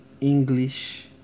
english